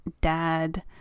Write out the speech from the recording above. dad